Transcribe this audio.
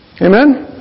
Amen